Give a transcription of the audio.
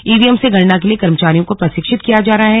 EVM से गणना के लिए कर्मचारियों को प्रशिक्षित किया जा रहा है